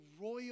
royal